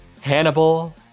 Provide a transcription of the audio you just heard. Hannibal